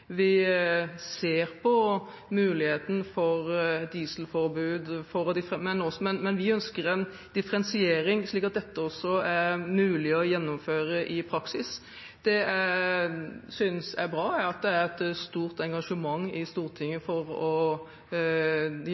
vi ser på muligheten for dieselforbud – men vi ønsker en differensiering, slik at dette også er mulig å gjennomføre i praksis. Det jeg synes er bra, er at det er et stort engasjement i Stortinget for å